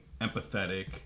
empathetic